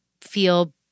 feel